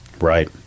Right